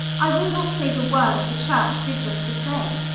i will not say the words the church bids us to say.